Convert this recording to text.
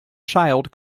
child